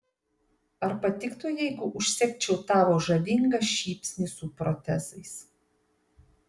ar patiktų jeigu užsegčiau tavo žavingą šypsnį su protezais